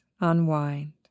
unwind